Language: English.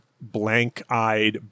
blank-eyed